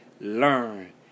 learn